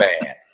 man